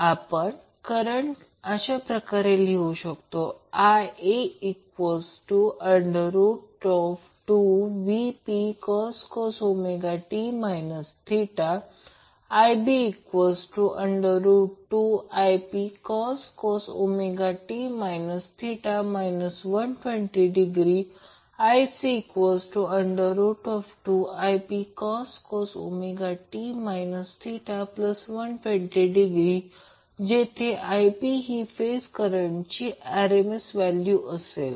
आपण करंट अशा प्रकारे लिहू शकतो ia2Ipcos t θ ib2Ipcos ω t θ 120° ic2Ipcos ω t θ120° जेथे Ip ही फेज करंटची rms व्हॅल्यू असेल